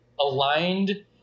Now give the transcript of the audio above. aligned